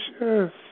yes